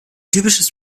typisches